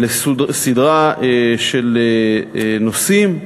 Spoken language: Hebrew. לסדרה של נושאים,